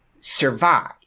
survive